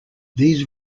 these